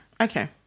Okay